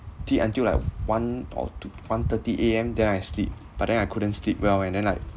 til~ until like one or two one thirty A_M then I sleep but then I couldn't sleep well and then like